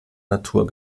natur